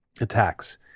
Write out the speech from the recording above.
attacks